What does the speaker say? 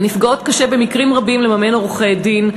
לנפגעות קשה במקרים רבים לממן עורכי-דין,